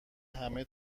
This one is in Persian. همه